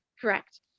Correct